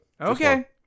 Okay